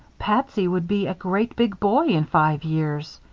patsy would be a great big boy in five years.